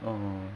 !aww!